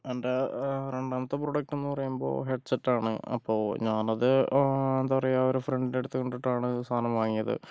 എൻ്റെ രണ്ടാമത്തെ പ്രോഡക്റ്റ്ന്നു പറയുമ്പോ ഹെഡ്സെറ്റാണ് അപ്പോൾ ഞാനത് എന്താ പറയുക ഒരു ഫ്രണ്ടിൻ്റടുത്ത് കണ്ടിട്ടാണ് സാധനം വാങ്ങിയത്